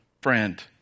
friend